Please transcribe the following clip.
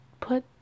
put